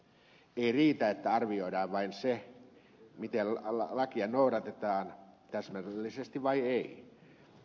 ei riitä että arvioidaan vain se miten lakia noudatetaan täsmällisesti vai ei